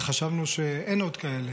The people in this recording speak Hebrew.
וחשבנו שאין עוד כאלה,